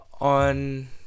on